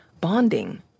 bonding